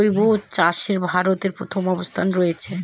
জৈব চাষে ভারত প্রথম অবস্থানে রয়েছে